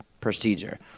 procedure